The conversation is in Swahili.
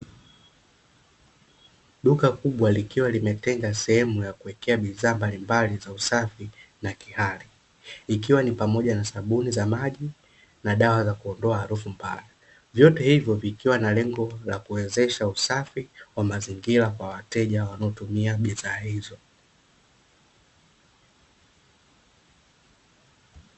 Duka kubwa likiwa limetenga sehemu ya kuwekea bidhaa mbalimbali za usafi na kihali. Ikiwa ni pamoja na sabuni za maji na dawa za kuondoa harufu mbaya. Vyote hivyo vikiwa na lengo la kuwezesha usafi wa mazingira kwa wateja wanaotumia bidhaa hizo.